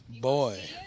Boy